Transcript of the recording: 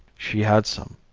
she had some.